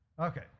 Okay